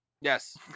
Yes